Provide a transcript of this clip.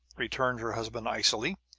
returned her husband, icily,